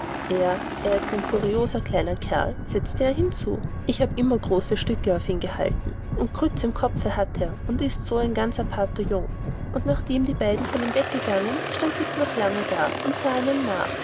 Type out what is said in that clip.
er er ist ein kurioser kleiner kerl setzte er hinzu ich hab immer große stücke auf ihn gehalten und grütz im kopfe hat er und ist so ein ganz aparter jung und nachdem die beiden von ihm weggegangen stand dick noch lange da und sah ihnen nach